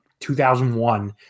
2001